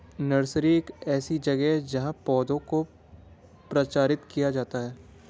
nursery एक ऐसी जगह है जहां पौधों को प्रचारित किया जाता है